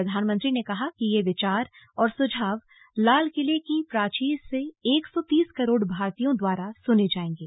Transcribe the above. प्रधानमंत्री ने कहा है कि ये विचार और सुझाव लाल किले की प्राचीर से एक सौ तीस करोड़ भारतीयों द्वारा सुने जायेंगे